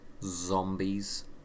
zombies